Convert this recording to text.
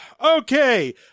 Okay